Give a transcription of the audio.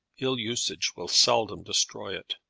ill-usage will seldom destroy it.